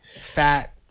Fat